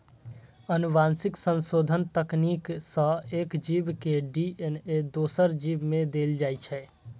आनुवंशिक संशोधन तकनीक सं एक जीव के डी.एन.ए दोसर जीव मे देल जाइ छै